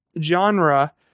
genre